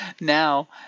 Now